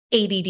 ADD